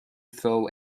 throw